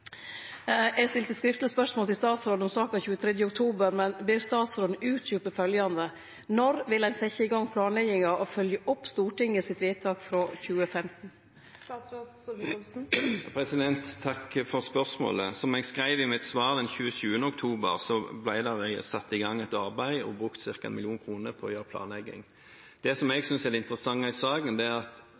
Eg stilte skriftleg spørsmål til statsråden om saka 23. oktober, men ber statsråden utdjupe følgjande: Når vil ein setje i gong planlegginga og følgje opp Stortinget sitt vedtak frå 2015?» Takk for spørsmålet. Som jeg skrev i mitt svar den 27. oktober, ble det satt i gang et arbeid og brukt ca. 1 mill. kr på å gjøre planlegging. Det som jeg synes er det interessante i saken, er at